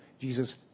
jesus